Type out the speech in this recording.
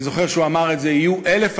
אני זוכר שהוא אמר את זה: יהיו 1,000